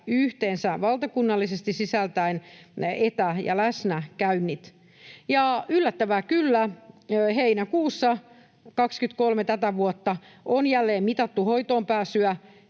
yhteensä valtakunnallisesti sisältäen etä‑ ja läsnäkäynnit. Ja yllättävää kyllä, heinäkuussa 23 tätä vuotta on jälleen mitattu hoitoonpääsyä,